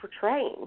portraying